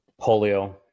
Polio